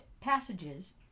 passages